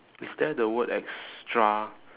is there the word extra